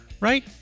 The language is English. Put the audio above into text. right